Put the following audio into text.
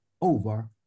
over